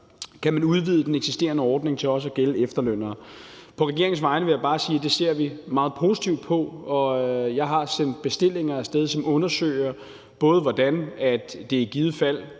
Kan man udvide den eksisterende ordning til også at gælde efterlønnere? På regeringens vegne vil jeg bare sige, at det ser vi meget positivt på, og jeg har sendt bestillinger af sted, som undersøger, hvordan det i givet fald